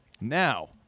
Now